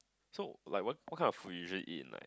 so like what what kind of food you usually eat in like